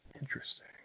interesting